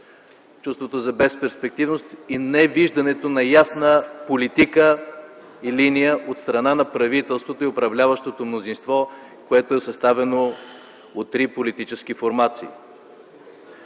чувството за безперспективност и невиждането на ясна политика и линия от страна на правителството и управляващото мнозинство, което е съставено от три политически формации.